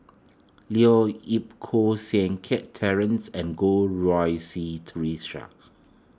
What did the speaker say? Leo Yip Koh Seng Kiat Terence and Goh Rui Si theresa